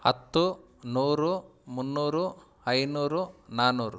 ಹತ್ತು ನೂರು ಮುನ್ನೂರು ಐನೂರು ನಾನ್ನೂರು